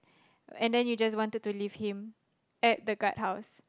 and then you just wanted to leave him at the guard house